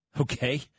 Okay